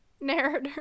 narrator